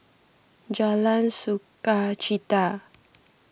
Jalan Sukachita